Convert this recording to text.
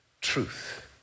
truth